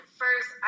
first